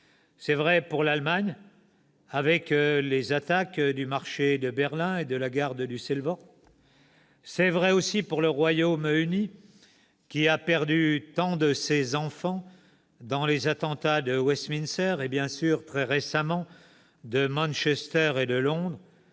C'est vrai pour l'Allemagne, avec les attaques hivernales du marché de Berlin et de la gare de Düsseldorf. C'est vrai aussi pour le Royaume-Uni, qui a perdu tant de ses enfants dans les attentats de Westminster et, bien sûr, très récemment, de Manchester et de Londres,